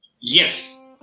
Yes